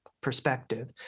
perspective